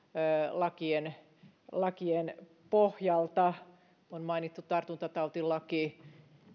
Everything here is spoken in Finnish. lakien lakien pohjalta on mainittu tartuntatautilaki